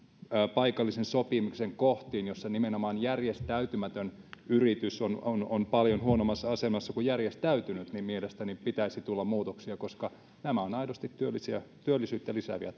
paikallisen sopimisen kohtiin joissa nimenomaan järjestäytymätön yritys on on paljon huonommassa asemassa kuin järjestäytynyt mielestäni pitäisi tulla muutoksia koska nämä ovat aidosti työllisyyttä lisääviä